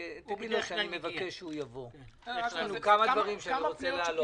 יש לי כמה דברים שאני רוצה להעלות.